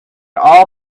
all